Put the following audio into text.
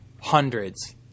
hundreds